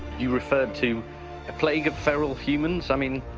you referred to a plague of feral humans. i mean,